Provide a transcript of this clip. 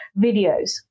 videos